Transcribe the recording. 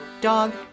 dog